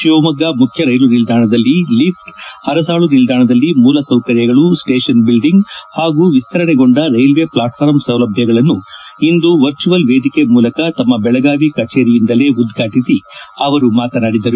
ಶಿವಮೊಗ್ಗ ಮುಖ್ಯ ರೈಲು ನಿಲ್ದಾಣದಲ್ಲಿ ಲಿಫ್ಟ್ ಅರಸಾಳು ನಿಲ್ದಾಣದಲ್ಲಿ ಮೂಲಸೌಕರ್ಯಗಳು ಸ್ವೇಷನ್ ಬಿಲ್ಡಿಂಗ್ ಹಾಗೂ ವಿಸ್ತರಣೆಗೊಂಡ ರೈಲ್ವೆ ಫ್ಲಾಟ್ ಫಾರ್ಮ್ ಸೌಲಭ್ಯಗಳನ್ನು ಇಂದು ವರ್ಚುವಲ್ ವೇದಿಕೆಯ ಮೂಲಕ ತಮ್ಮ ಬೆಳಗಾವಿ ಕಚೇರಿಯಿಂದಲೇ ಉದ್ವಾಟಿಸಿ ಅವರು ಮಾತನಾಡಿದರು